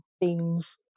themes